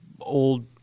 old